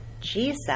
Jesus